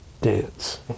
dance